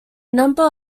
number